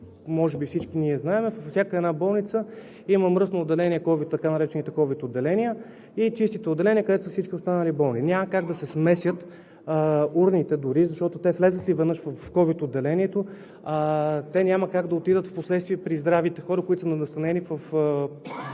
може би всички знаем – във всяка една болница има мръсно отделение, така наречените ковид отделения, и чистите отделения, където са всички останали болни. Няма как да се смесят урните дори защото влязат ли веднъж в ковид отделението, няма как да отидат впоследствие при здравите хора, които са настанени в